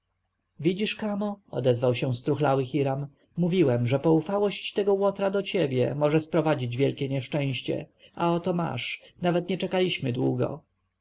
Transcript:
widzisz kamo odezwał się struchlały hiram mówiłem że poufałość tego łotra do ciebie może sprowadzić wielkie nieszczęście a oto masz nawet nie czekaliśmy długo